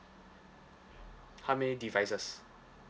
how many devices